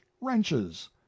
wrenches